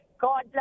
God